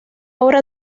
obra